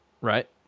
Right